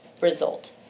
result